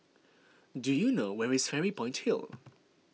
do you know where is Fairy Point Hill